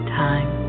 time